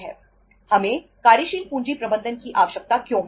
हमें कार्यशील पूंजी प्रबंधन की आवश्यकता क्यों है